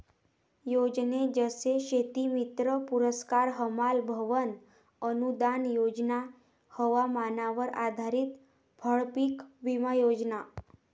योजने जसे शेतीमित्र पुरस्कार, हमाल भवन अनूदान योजना, हवामानावर आधारित फळपीक विमा योजना